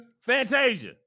Fantasia